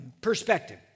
perspective